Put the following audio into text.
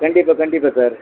கண்டிப்பாக கண்டிப்பாக சார்